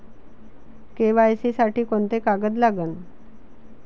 KYC साठी कोंते कागद लागन?